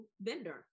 vendor